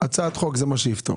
הצעת חוק זה מה שיפתור.